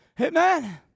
Amen